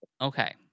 okay